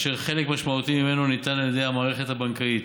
אשר חלק משמעותי ממנו ניתן על ידי המערכת הבנקאית.